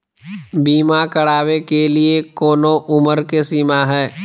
बीमा करावे के लिए कोनो उमर के सीमा है?